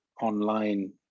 online